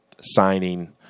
signing